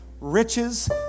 riches